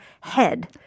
head